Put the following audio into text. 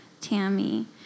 Tammy